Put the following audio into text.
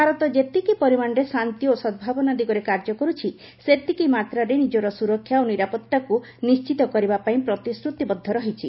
ଭାରତ ଯେତିକି ପରିମାଣରେ ଶାନ୍ତି ଓ ସଦଭାବନା ଦିଗରେ କାର୍ଯ୍ୟ କରୁଛି ସେତିକି ମାତ୍ରାରେ ନିଜର ସୁରକ୍ଷା ଓ ନିରାପତ୍ତାକୁ ନିଶ୍ଚିତ କରିବା ପାଇଁ ପ୍ରତିଶ୍ରତିବଦ୍ଧ ରହିଛି